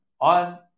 On